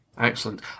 Excellent